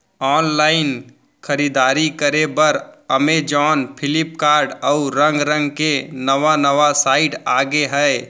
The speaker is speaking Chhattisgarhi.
ऑनलाईन खरीददारी करे बर अमेजॉन, फ्लिपकार्ट, अउ रंग रंग के नवा नवा साइट आगे हे